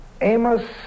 Amos